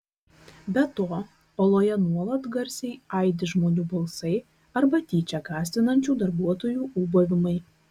be to oloje nuolat garsiai aidi žmonių balsai arba tyčia gąsdinančių darbuotojų ūbavimai